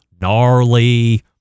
gnarly